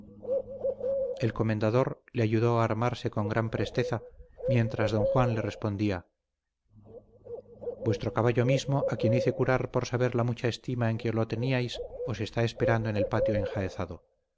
el comendador le ayudó a armarse con gran presteza mientras don juan le respondía vuestro caballo mismo a quien hice curar por saber la mucha estima en que lo teníais os está esperando en el patio enjaezado